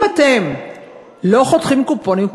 אם אתם לא חותכים קופונים,